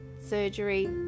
surgery